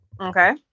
Okay